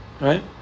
Right